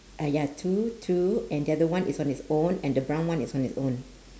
ah ya two two and the other one is on its own and the brown one is on its own